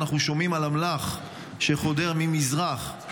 אנחנו שומעים על אמל"ח שחודר ממזרח,